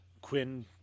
Quinn